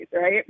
right